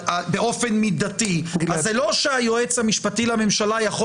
באופן מידתי זה לא שהיועץ המשפטי לממשלה יכול